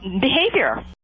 behavior